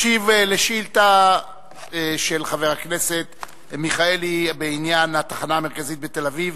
ישיב על שאילתא של חבר הכנסת מיכאלי בעניין: התחנה המרכזית בתל-אביב,